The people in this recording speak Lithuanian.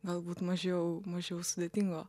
galbūt mažiau mažiau sudėtingo